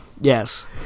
Yes